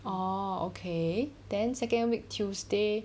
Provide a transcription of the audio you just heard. orh okay then second week tuesday